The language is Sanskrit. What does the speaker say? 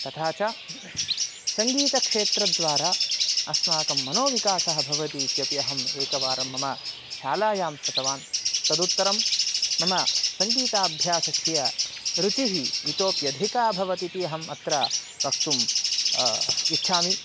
तथा च सङ्गीतक्षेत्रद्वारा अस्माकं मनोविकासः भवति इत्यपि अहम् एकवारं मम शालायां श्रुतवान् तदुत्तरं मम सङ्गीताभ्यासस्य रुचिः इतोप्यधिका भवतीति अहम् अत्र वक्तुम् इच्छामि